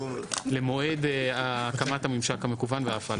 למועד הקמת הממשק המקוון והפעלתו.